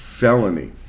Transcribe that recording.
felony